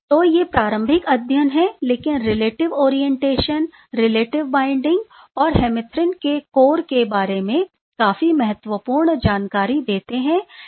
तो ये प्रारंभिक अध्ययन हैं लेकिन रिलेटिव ओरियंटेशन रिलेटिव बाइंडिंग और हेमिथ्रिन के कोर के बारे में काफी महत्वपूर्ण जानकारी देते हैं